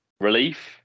relief